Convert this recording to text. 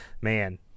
man